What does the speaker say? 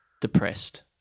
depressed